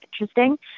interesting